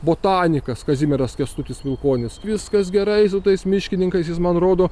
botanikas kazimieras kęstutis vilkonis viskas gerai su tais miškininkais jis man rodo